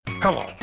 Hello